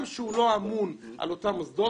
גם שהוא לא אמון על אותם מוסדות,